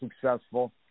successful